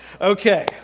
Okay